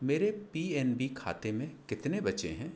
मेरे P N B खाते में कितने बचे हैं